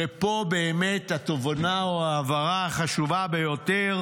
ופה באמת התובנה או ההבהרה החשובה ביותר,